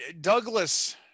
Douglas